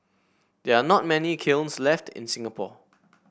there are not many kilns left in Singapore